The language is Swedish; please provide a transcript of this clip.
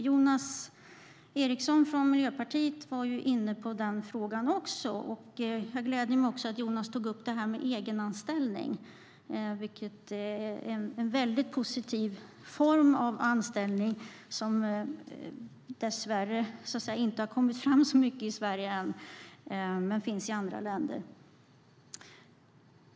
Jonas Eriksson från Miljöpartiet var också inne på denna fråga. Det gläder mig att han tog upp detta med egenanställning, vilket är en mycket positiv form av anställning som dess värre inte har kommit fram så mycket i Sverige än, men den finns i andra länder.